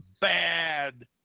bad